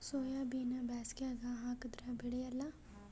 ಸೋಯಾಬಿನ ಬ್ಯಾಸಗ್ಯಾಗ ಹಾಕದರ ಬೆಳಿಯಲ್ಲಾ?